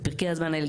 בפרקי הזמן האלה,